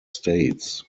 states